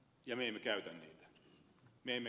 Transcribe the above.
me emme käytä niitä